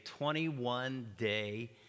21-day